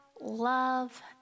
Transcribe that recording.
love